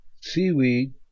seaweed